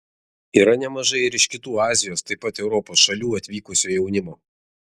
yra nemažai ir iš kitų azijos taip pat europos šalių atvykusio jaunimo